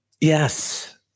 yes